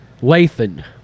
Lathan